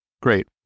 Great